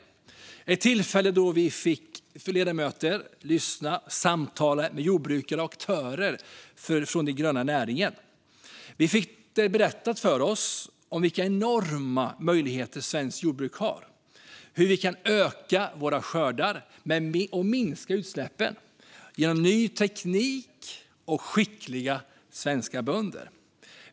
Det var ett tillfälle då vi ledamöter fick lyssna på och samtala med jordbrukare och aktörer från de gröna näringarna. Vi fick berättat för oss vilka enorma möjligheter svenskt jordbruk har - hur vi kan öka våra skördar och minska utsläppen genom ny teknik och skickliga svenska bönder.